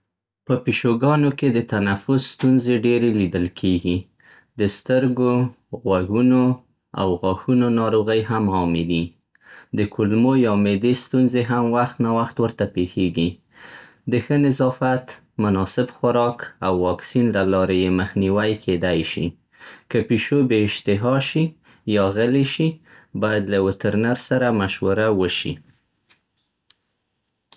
په پیشوګانو کې د تنفس ستونزې ډېرې لیدل کېږي. د سترګو، غوږونو، او غاښونو ناروغۍ هم عامې دي. د کولمو یا معدې ستونزې هم وخت ناوخت ورته پېښېږي. د ښه نظافت، مناسب خوراک، او واکسین له لارې يې مخنیوی کېدی شي. که پیشو بې‌اشتها شي، یا غلې شي، باید له وترنر سره مشوره وشي.